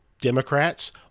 Democrats